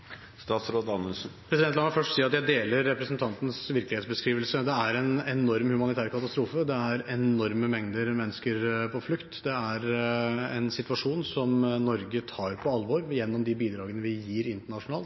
La meg først si at jeg deler representantens virkelighetsbeskrivelse. Det er en enorm humanitær katastrofe, det er enorme mengder mennesker på flukt. Det er en situasjon som Norge tar på alvor gjennom de bidragene vi gir internasjonalt,